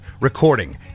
recording